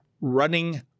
running